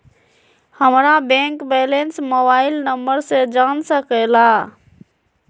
हमारा bank balance mobile number से जान सके ला?